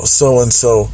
so-and-so